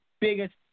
biggest